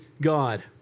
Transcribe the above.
God